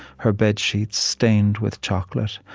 her bedsheets stained with chocolate,